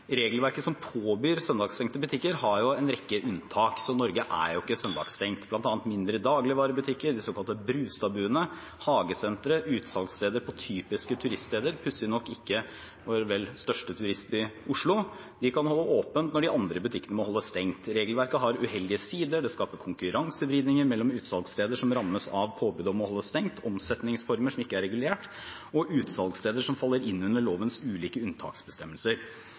Regelverket som påbyr søndagsstengte butikker, har en rekke unntak, så Norge er ikke søndagsstengt. Blant annet mindre dagligvarebutikker, de såkalte Brustad-buene, hagesentre og utsalgssteder på typiske turiststeder – pussig nok ikke i vår vel største turistby, Oslo – kan holde åpent når de andre butikkene må holde stengt. Regelverket har uheldige sider. Det skaper konkurransevridninger mellom utsalgssteder som rammes av påbudet om å holde stengt, omsetningsformer som ikke er regulert, og utsalgssteder som faller inn under lovens ulike unntaksbestemmelser.